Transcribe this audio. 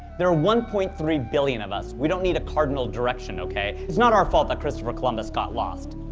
there are one point three billion of us. we don't need a cardinal direction, ok? it's not our fault that christopher columbus got lost.